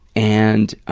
and, um,